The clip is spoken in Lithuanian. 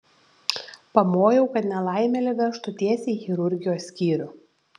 pamojau kad nelaimėlį vežtų tiesiai į chirurgijos skyrių